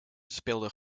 speelde